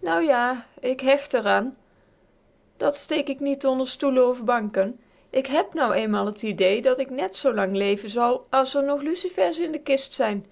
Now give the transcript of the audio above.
nou jà ik hècht r an dat steek k niet onder stoelen of banken ik hèb nou eenmaal t idee dat k nèt zoolang leven zal as r nog lucifers in de kist zijn